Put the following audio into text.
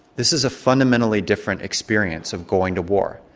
this is a fundamentally different experience of going to war.